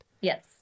yes